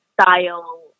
style